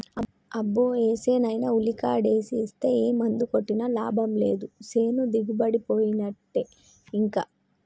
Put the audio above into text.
అబ్బో ఏసేనైనా ఉల్లికాడేసి ఇస్తే ఏ మందు కొట్టినా లాభం లేదు సేను దిగుబడిపోయినట్టే ఇంకా